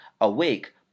awake